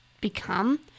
become